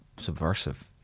subversive